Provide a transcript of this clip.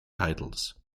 titles